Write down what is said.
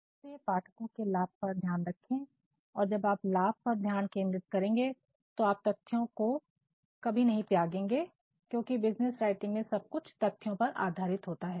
इसलिए पाठकों के लाभ पर ध्यान रखें जब आप लाभ पर ध्यान केंद्रित करेंगे तो आप तथ्यों को कभी नहीं त्यागेंगे क्योंकि बिज़नेस राइटिंग में सब कुछ तथ्यों पर आधारित होता है